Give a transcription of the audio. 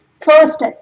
first